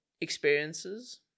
experiences